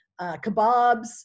Kebabs